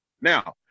Now